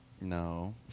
No